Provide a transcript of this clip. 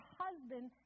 husband